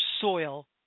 soil